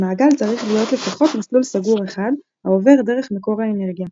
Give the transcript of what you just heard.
במעגל צריך להיות לפחות מסלול סגור אחד העובר דרך מקור האנרגיה.